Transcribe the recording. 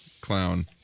clown